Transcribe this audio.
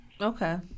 Okay